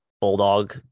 bulldog